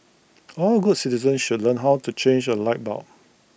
all good citizens should learn how to change A light bulb